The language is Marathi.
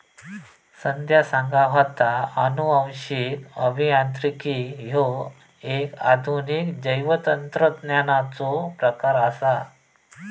संध्या सांगा होता, अनुवांशिक अभियांत्रिकी ह्यो एक आधुनिक जैवतंत्रज्ञानाचो प्रकार आसा